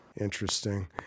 Interesting